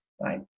right